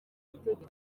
butegetsi